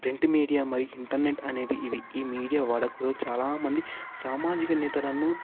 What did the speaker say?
print media మరియు internet అనేవి ఇవి ఈ మీడియా వాడుకలు చాలా మంది సామాజిక నేతలను